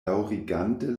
daŭrigante